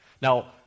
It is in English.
Now